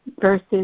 versus